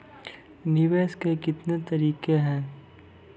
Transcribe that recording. निवेश के कितने तरीका हैं?